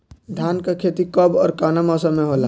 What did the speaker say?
धान क खेती कब ओर कवना मौसम में होला?